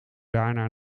daarna